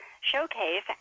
showcase